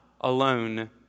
alone